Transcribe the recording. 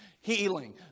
Healing